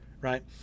right